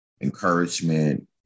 encouragement